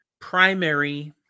primary